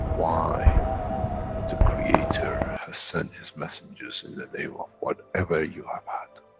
why the creator has sent his messengers in the name of whatever you have had.